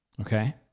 Okay